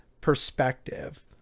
perspective